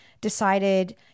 decided